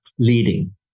leading